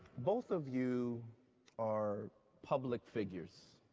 both of you are public figures.